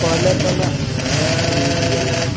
പല പല രീതികൾ